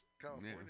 California